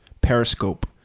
Periscope